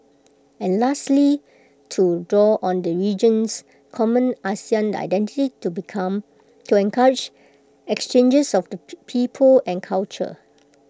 and lastly to draw on the region's common Asian identity to become to encourage exchanges of people and culture